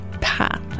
path